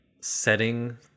setting